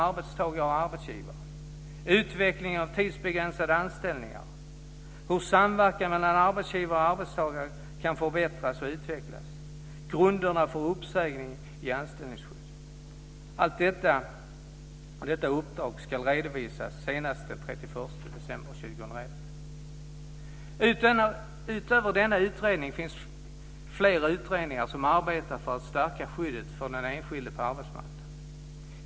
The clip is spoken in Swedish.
· Hur samverkan mellan arbetsgivare och arbetstagare kan förbättras och utvecklas. Detta uppdrag ska redovisas senast den 31 december år 2001. Utöver denna utredning finns fler utredningar som arbetar för att stärka skyddet för den enskilde på arbetsmarknaden.